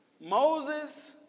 Moses